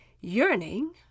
yearning